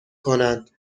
کنند